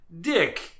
Dick